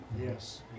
yes